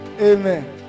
Amen